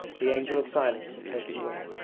the angel of silence had taken wing.